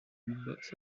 both